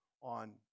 on